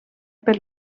per